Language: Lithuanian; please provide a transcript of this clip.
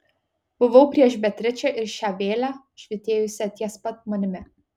buvau prieš beatričę ir šią vėlę švytėjusią ties pat manimi